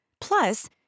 Plus